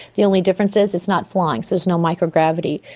the only difference is it's not flying, so there's no microgravity.